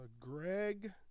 Greg